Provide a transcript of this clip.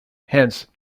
hence